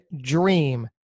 dream